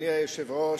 אדוני היושב-ראש,